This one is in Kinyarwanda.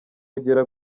ugera